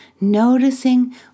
Noticing